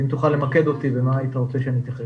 אם תוכל למקד אותי במה שהיית רוצה שאני אתייחס.